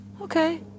okay